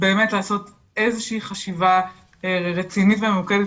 באמת לעשות איזושהי חשיבה רצינית וממוקדת,